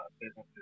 businesses